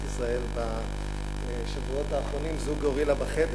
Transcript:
ישראל בשבועות האחרונים זו גורילה בחדר,